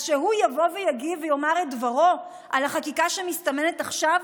אז שהוא יבוא ויגיד ויאמר את דברו על החקיקה שמסתמנת עכשיו,